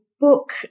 book